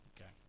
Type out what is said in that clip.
Okay